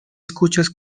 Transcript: escuchas